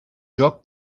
joc